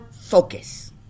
focus